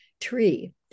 tree